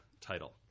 title